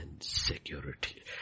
security